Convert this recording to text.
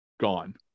gone